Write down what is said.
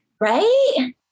Right